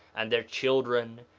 and their children,